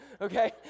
okay